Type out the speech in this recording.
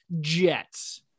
Jets